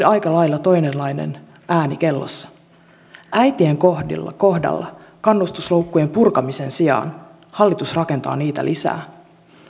aika lailla toisenlainen ääni kellossa äitien kohdalla kohdalla kannustinloukkujen purkamisen sijaan hallitus rakentaa niitä lisää